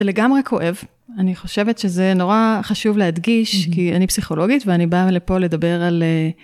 זה לגמרי כואב, אני חושבת שזה נורא חשוב להדגיש כי אני פסיכולוגית ואני באה לפה לדבר על...